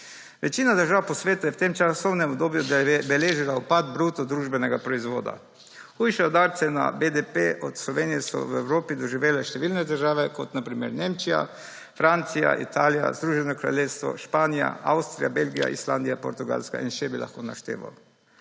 Večina držav po svetu je v tem časovnem obdobju beležila upad bruto družbenega proizvoda. Hujše udarce na BDP od Slovenije so v Evropi doživele številne države, kot so na primer Nemčija, Francija, Italija, Združeno kraljestvo, Španija, Avstrija, Belgija, Islandija, Portugalska in še bi lahko našteval.